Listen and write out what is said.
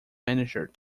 manager